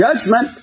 judgment